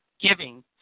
giving